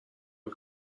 این